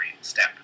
step